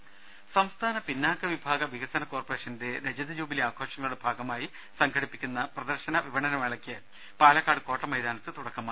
ദദദ സംസ്ഥാന പിന്നാക്ക വിഭാഗ വികസന കോർപ്പറേഷന്റെ രജതജൂബിലി ആഘോഷങ്ങളുടെ ഭാഗമായി സംഘടിപ്പിക്കുന്ന പ്രദർശന വിപണനമേളയ്ക്ക് പാലക്കാട് കോട്ട മൈതാനത്ത് തുടക്കമായി